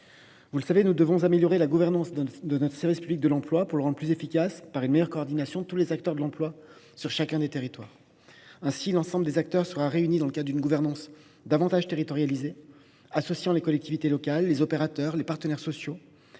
plus effectives. Nous devions améliorer la gouvernance de notre service public de l’emploi pour le rendre plus efficace, par une meilleure coordination de tous les acteurs de l’emploi sur chacun des territoires. Désormais, l’ensemble des acteurs sera réuni dans le cadre d’une gouvernance davantage territorialisée, qui associe les collectivités territoriales, les opérateurs et les partenaires sociaux.